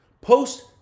post